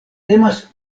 temas